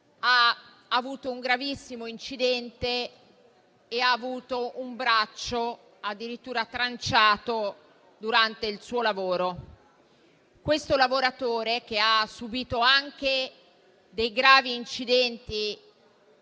ha avuto un gravissimo incidente, addirittura con un braccio tranciato durante il suo lavoro. Questo lavoratore, che ha subito anche dei gravi incidenti